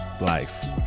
life